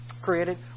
Created